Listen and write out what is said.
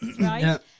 Right